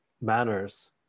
manners